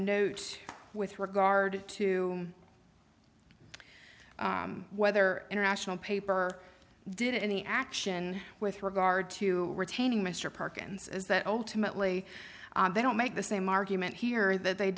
know with regard to whether international paper did any action with regard to retaining mr perkins is that ultimately they don't make the same argument here that they